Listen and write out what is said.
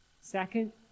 Second